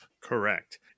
Correct